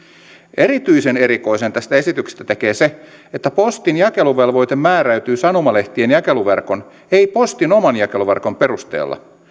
erityisen erikoisen tästä esityksestä tekee se että postin jakeluvelvoite määräytyy sanomalehtien jakeluverkon ei postin oman jakeluverkon perusteella